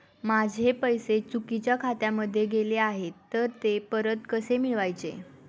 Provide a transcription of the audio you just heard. माझे पैसे चुकीच्या खात्यामध्ये गेले आहेत तर ते परत कसे मिळवायचे?